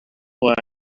were